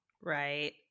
Right